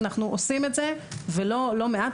אנחנו עושים את זה, ולא מעט.